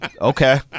Okay